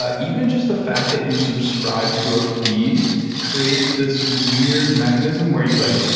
ah even just the fact that you subscribe to a feed creates this weird mechanism where you like,